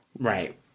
Right